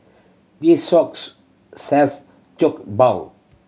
this shops sells Jokbal